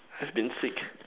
has been sick